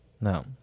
No